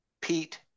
Pete